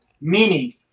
meaning